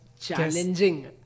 challenging